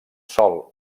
sol